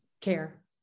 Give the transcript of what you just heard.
care